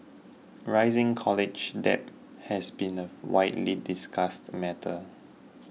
rising college debt has been a widely discussed matter